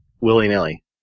willy-nilly